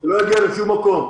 זה לא הגיע לשום מקום.